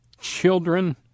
children